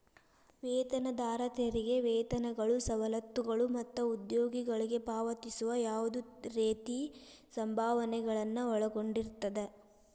ವೇತನದಾರ ತೆರಿಗೆ ವೇತನಗಳು ಸವಲತ್ತುಗಳು ಮತ್ತ ಉದ್ಯೋಗಿಗಳಿಗೆ ಪಾವತಿಸುವ ಯಾವ್ದ್ ರೇತಿ ಸಂಭಾವನೆಗಳನ್ನ ಒಳಗೊಂಡಿರ್ತದ